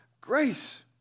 grace